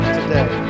today